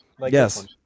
Yes